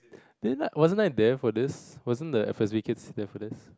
then I wasn't I there for this wasn't the kids there for this